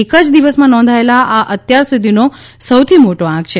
એક જ દિવસમાં નોંધાયેલો આ અત્યારસુધીનો સૌથી મોટો આંક છે